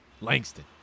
Langston